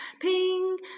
Pink